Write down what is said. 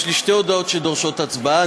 יש לי שתי הודעות שדורשות הצבעה.